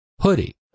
hoodie